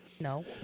No